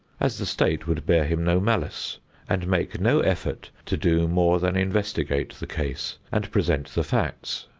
as the state would bear him no malice and make no effort to do more than investigate the case and present the facts.